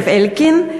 זאב אלקין,